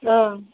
औ